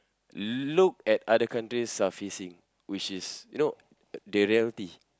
look at other countries are facing which is you know the reality